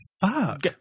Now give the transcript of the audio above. fuck